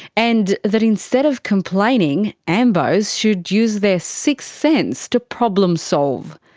and that instead of complaining, ambos should use their sixth sense to problem solve.